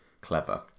Clever